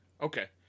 okay